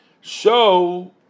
show